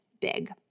big